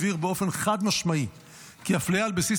הבהיר באופן חד-משמעי כי אפליה על בסיס